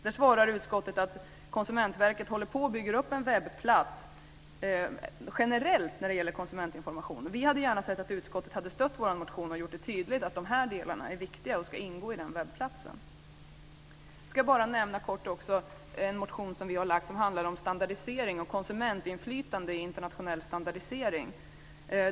Där svarar utskottet att Konsumentverket håller på och bygger upp en generell webbplats för konsumentinformation. Vi hade gärna sett att utskottet hade stött vår motion och gjort det tydligt att de här delarna är viktiga och ska ingå i den webbplatsen. Jag ska bara kort nämna en motion som vi har väckt och som handlar om standardisering och konsumentinflytande på internationell standardisering.